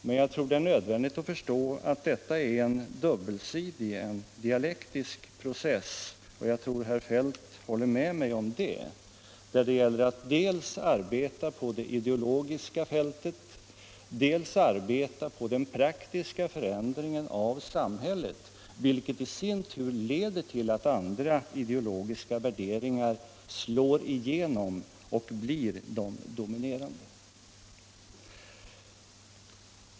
Men det är nödvändigt att förstå — och jag tror att herr Feldt håller med mig om det — att detta är en dubbelsidig, dialektisk process, där det gäller att dels arbeta på det ideologiska fältet, dels arbeta på den praktiska förändringen av samhället, vilket i sin tur leder till att andra ideologiska värderingar slår igenom och blir de dominerande.